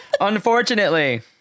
unfortunately